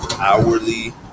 hourly